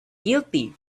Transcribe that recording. guilty